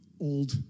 old